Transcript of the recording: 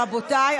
רבותיי,